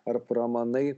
ar pramanai